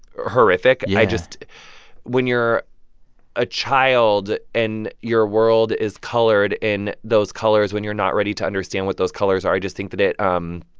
horrific yeah i just when you're a child and your world is colored in those colors when you're not ready to understand what those colors are, i just think that it um